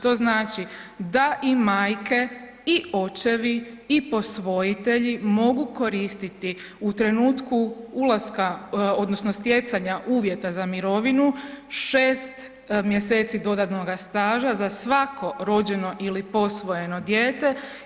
To znači da i majke i očevi i posvojitelji mogu koristiti u trenutku ulaska odnosno stjecanja uvjeta za mirovinu 6 mjeseci dodatnoga staža za svako rođeno ili posvojeno dijete.